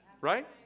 right